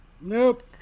Nope